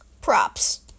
props